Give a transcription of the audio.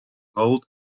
gold